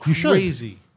Crazy